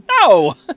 no